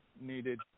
needed